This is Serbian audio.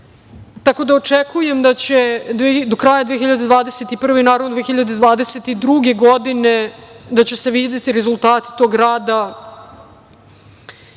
tako da očekujem da će do kraja 2021. godine i, naravno, 2022. godine, da će se videti rezultati tog rada